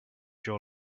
your